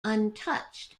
untouched